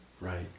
Right